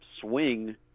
swing